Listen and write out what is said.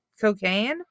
cocaine